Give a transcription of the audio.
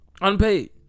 Unpaid